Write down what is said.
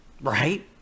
right